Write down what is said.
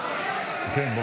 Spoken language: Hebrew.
כן, בוא.